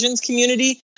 community